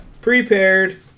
Prepared